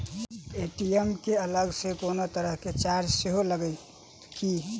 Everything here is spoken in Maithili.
ए.टी.एम केँ अलग सँ कोनो तरहक चार्ज सेहो लागत की?